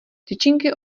tyčinky